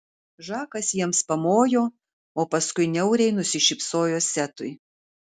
žakas jiems pamojo o paskui niauriai nusišypsojo setui